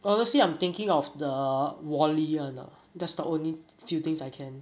but honestly I'm thinking of the wall E [one] that's the only few things I can